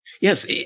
Yes